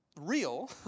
real